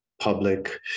public